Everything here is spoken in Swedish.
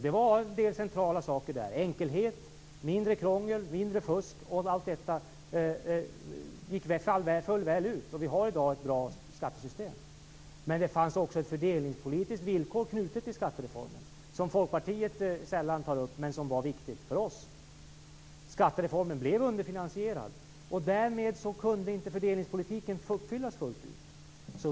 Det fanns en del centrala saker där: enkelhet, mindre krångel och mindre fusk. Allt detta föll väl ut, och vi har i dag ett bra skattesystem. Men det fanns också ett fördelningspolitiskt villkor knutet till skattereformen, ett villkor som Folkpartiet sällan tar upp men som var viktigt för oss. Skattereformen blev underfinansierad, och därmed kunde inte fördelningspolitiken uppfyllas fullt ut.